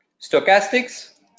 Stochastics